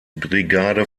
brigade